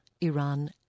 Iran